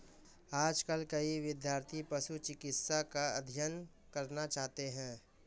आजकल कई विद्यार्थी पशु चिकित्सा का अध्ययन करना चाहते हैं